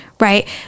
right